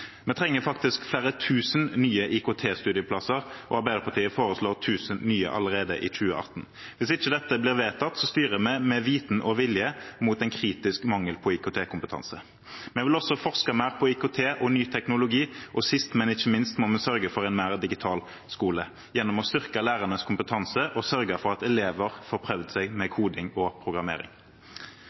Vi trenger faktisk flere tusen nye IKT-studieplasser, og Arbeiderpartiet foreslår tusen nye allerede i 2018. Hvis ikke dette blir vedtatt, styrer vi med viten og vilje mot en kritisk mangel på IKT-kompetanse. Vi vil også forske mer på IKT og ny teknologi, og sist, men ikke minst må vi sørge for en mer digital skole gjennom å styrke lærernes kompetanse og sørge for at elever får prøvd seg på koding og programmering.